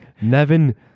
Nevin